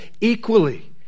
equally